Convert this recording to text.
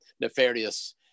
nefarious